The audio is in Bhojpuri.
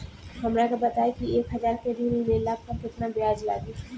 हमरा के बताई कि एक हज़ार के ऋण ले ला पे केतना ब्याज लागी?